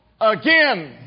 again